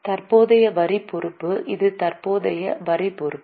தற்போதைய வரி பொறுப்பு இது தற்போதைய வரி பொறுப்பு